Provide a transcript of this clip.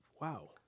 wow